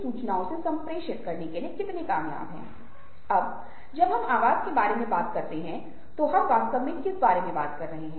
जैसा कि मैंने आपको बौद्ध धर्म में बताया था हम सहानुभूति के बारे में बात करते हैं और इसके माध्यम से एक मार्ग है